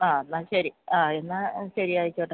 ആ എന്നാൽ ശരി ആ എന്നാൽ ശരി ആയിക്കോട്ടെ